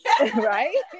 Right